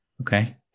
Okay